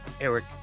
Eric